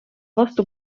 vastu